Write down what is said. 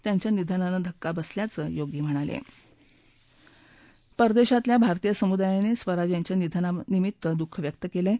त्यांच्या निधनाने धक्का बसल्याचं योगी म्हणले परदेशातल्या भारतीय समुदायाने स्वराज यांच्या निधनानिमित्त दुःख व्यक्त केलं आहे